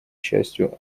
частью